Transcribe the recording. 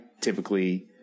typically